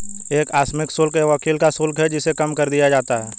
एक आकस्मिक शुल्क एक वकील का शुल्क है जिसे कम कर दिया जाता है